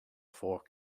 fork